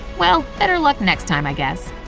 well, better luck next time, i guess.